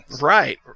right